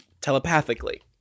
telepathically